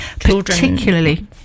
particularly